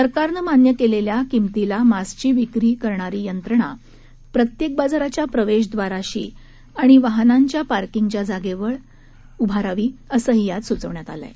सरकारनं मान्य केलेल्या किमतींना मास्कची विक्री करणारी यंत्रणा प्रत्येक बाजाराच्या प्रवेश द्वारापाशी आणि वाहनांच्या पार्किंगच्या जागेजवळ उभारावेत असंही यामध्ये सुचविण्यात आलं आहे